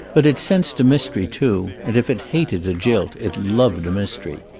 but it sensed a mystery, too, and if it hated a jilt it loved a mystery.